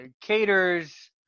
caters